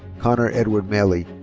connor edward malley.